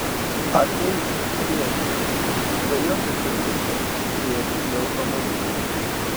ateisiu pėsčias ir be jokio triukšmo įsėsiu į automobilį